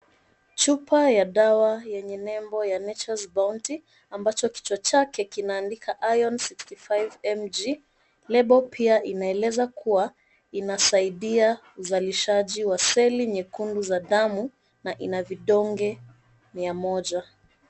Chupa ya dawa yenyewe nembo ya Nature's Bounty ambacho kichwa chake kinaandika iron 65mg . Lebo pia inaeleza kuwa inasaidia uzalishaji wa seli nyekundu za damu na ina vidonge mia moja.